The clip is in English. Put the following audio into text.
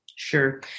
Sure